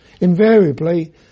invariably